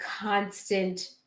constant